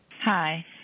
Hi